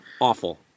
awful